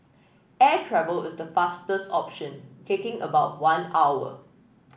air travel is the fastest option taking about one hour